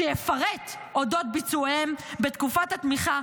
שיפרט אודות ביצועיהם בתקופת התמיכה,